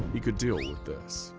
he could deal with this.